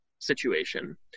situation